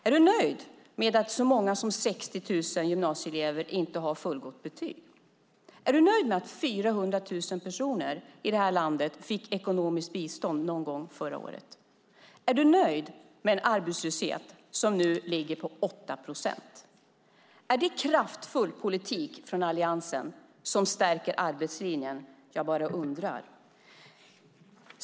Är du nöjd med att så många som 60 000 gymnasieelever inte har fullständiga betyg? Är du nöjd med att 400 000 personer i det här landet fick ekonomiskt bistånd någon gång förra året? Är du nöjd med en arbetslöshet som nu ligger på 8 procent? Är det kraftfull politik från Alliansen som stärker arbetslinjen? Jag bara undrar.